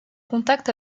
contact